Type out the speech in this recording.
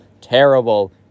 terrible